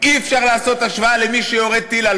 אי-אפשר לעשות השוואה למי שיורה טיל על